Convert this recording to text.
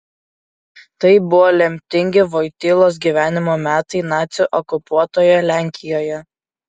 tai buvo lemtingi vojtylos gyvenimo metai nacių okupuotoje lenkijoje